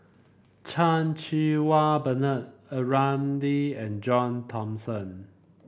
Chan Cheng Wah Bernard A Ramli and John Thomson